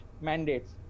mandates